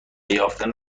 یافتن